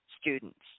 students